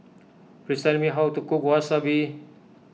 please tell me how to cook Wasabi